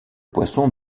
poissons